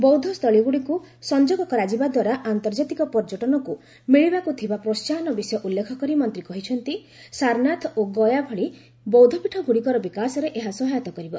ବୌଦ୍ଧସ୍ଥଳୀଗୁଡ଼ିକୁ ସଂଯୋଗ କରାଯିବା ଦ୍ୱାରା ଆନ୍ତର୍ଜାତିକ ପର୍ଯ୍ୟଟନକୁ ମିଳିବାକୁ ଥିବା ପ୍ରୋହାହନ ବିଷୟ ଉଲ୍ଲେଖ କରି ମନ୍ତ୍ରୀ କହିଛନ୍ତି ସାରନାଥ ଓ ଗୟା ଭଳି ବୌଦ୍ଧପୀଠଗୁଡ଼ିକର ବିକାଶରେ ଏହା ସହାୟତା କରିବ